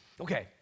Okay